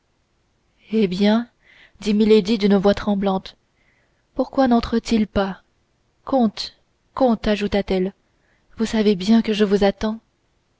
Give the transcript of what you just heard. eh bien dit milady d'une voix tremblante pourquoi nentre til pas comte comte ajouta-t-elle vous savez bien que je vous attends